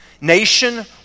Nation